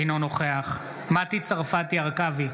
אינו נוכח מטי צרפתי הרכבי,